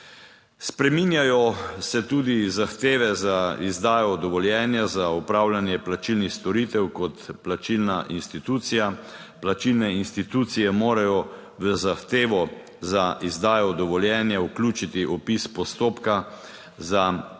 Spreminjajo se tudi zahteve za izdajo dovoljenja za opravljanje plačilnih storitev kot plačilna institucija. Plačilne institucije morajo v zahtevo za izdajo dovoljenja vključiti opis postopka za